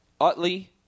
Utley